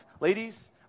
Ladies